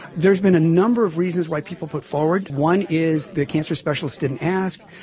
there's been a number of reasons why people put forward, one is the cancer specialist didn't ask,